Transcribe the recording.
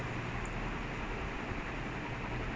work from home